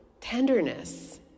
tenderness